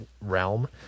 realm